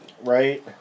Right